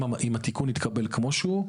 אם התיקון יתקבל כמו שהוא,